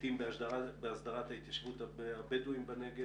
היבטים בהסדרת התיישבות הבדואים בנגב